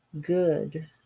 good